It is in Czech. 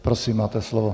Prosím, máte slovo.